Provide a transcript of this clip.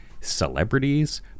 celebrities